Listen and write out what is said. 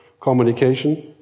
communication